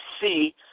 see